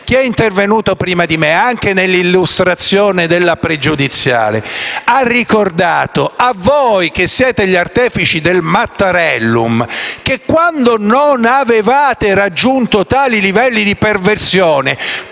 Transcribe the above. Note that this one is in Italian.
Chi è intervenuto prima di me, anche nell'illustrazione della pregiudiziale, ha ricordato a voi che siete gli artefici del Mattarellum che quando non avevate raggiunto tali livelli di perversione